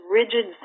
rigid